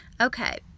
Okay